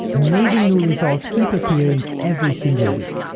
amazing new results keep appearing every single week.